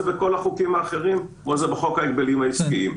בכל החוקים האחרים ובחוק ההגבלים העסקיים.